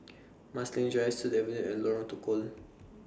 Marsiling Drive Sut Avenue and Lorong Tukol